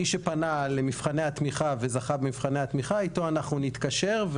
מי שפנה למבחני התמיכה וזכה במבחני התמיכה איתו אנחנו נתקשר,